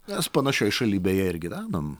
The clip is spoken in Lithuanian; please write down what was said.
mes panašioj šaly beje ir gyvenom